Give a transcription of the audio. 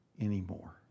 anymore